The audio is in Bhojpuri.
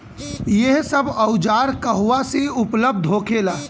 यह सब औजार कहवा से उपलब्ध होखेला?